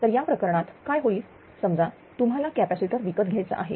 तर या प्रकरणात काय होईल समजा तुम्हाला कॅपॅसिटर विकत घ्यायचा आहे